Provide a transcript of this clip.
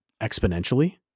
exponentially